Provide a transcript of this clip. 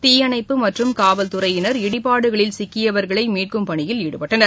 தீயணைப்புப் மற்றும் காவல்துறையினர் இடிபாடுகளில் சிக்கியவர்களைமீட்கும் பணியில் ஈடுபட்டனர்